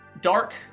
dark